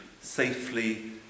safely